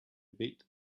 bit